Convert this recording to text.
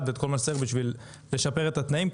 ואת כל מה שצריך בשביל לשפר את התנאים,